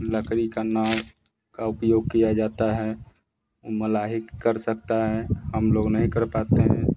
लकड़ी का नाव का उपयोग किया जाता है मलाही कर सकता है हम लोग नहीं कर पाते हैं